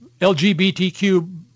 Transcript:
LGBTQ